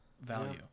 value